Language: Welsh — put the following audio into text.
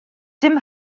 dim